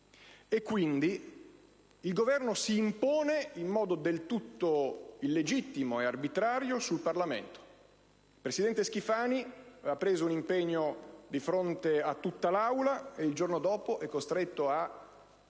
quindi, si impone in modo del tutto illegittimo e arbitrario sul Parlamento. Il presidente Schifani ha preso un impegno di fronte a tutta l'Aula e il giorno dopo è costretto a